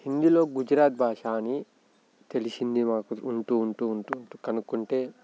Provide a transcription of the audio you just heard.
హిందీలో గుజరాత్ భాష అని తెలిసింది మాకు ఉంటూ ఉంటూ ఉంటూ కనుక్కుంటే